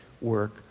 work